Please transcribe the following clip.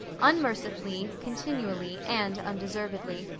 unmercifully, continually, and undeservedly.